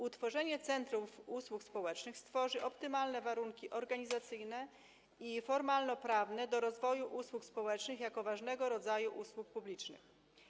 Utworzenie centrum usług społecznych stworzy optymalne warunki organizacyjne i formalnoprawne do rozwoju usług społecznych jako ważnego rodzaju usług publicznych.